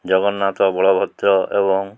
ଜଗନ୍ନାଥ ବଳଭଦ୍ର ଏବଂ